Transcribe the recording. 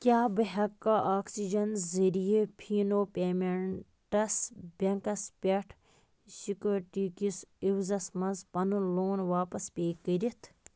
کیٛاہ بہٕ ہیٚکیٛاہ آکسیٖجَن ذریعہِ فیٖنو پیمٮ۪نٛٹَس بینٛکَس پٮ۪ٹھ سِکیٛورٹی کِس عوزَس منٛز پَنُن لون واپس پے کٔرِتھ